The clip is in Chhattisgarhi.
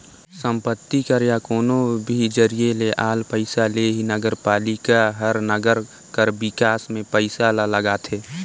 संपत्ति कर या कोनो भी जरिए ले आल पइसा ले ही नगरपालिका हर नंगर कर बिकास में पइसा ल लगाथे